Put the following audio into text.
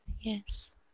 Yes